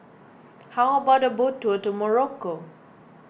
how about a boat tour to Morocco